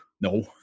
No